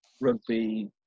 rugby